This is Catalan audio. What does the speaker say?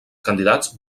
candidats